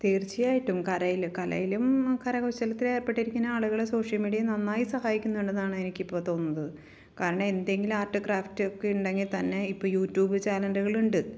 തീർച്ചയായിട്ടും കലയിലും കരകൗശലത്തിലേർപ്പെട്ടിരിക്കുന്ന ആളുകളെ സോഷ്യൽ മീഡിയ നന്നായി സഹായിക്കുന്നുണ്ടെന്നാണ് എനിക്ക് ഇപ്പോള് തോന്നുന്നത് കാരണം എന്തെങ്കിലും ആർട്ട് ക്രാഫ്റ്റ് ഒക്കെ ഉണ്ടെങ്കില് തന്നെ ഇപ്പോള് യൂ ട്യൂബ് ചാനലുകൾ ഉണ്ട്